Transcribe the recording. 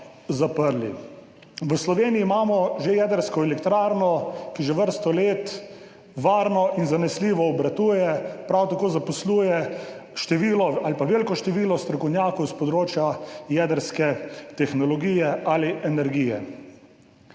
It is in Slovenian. V Sloveniji imamo jedrsko elektrarno, ki že vrsto let varno in zanesljivo obratuje, prav tako zaposluje veliko število strokovnjakov s področja jedrske tehnologije ali energije.